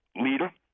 leader